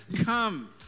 come